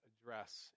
address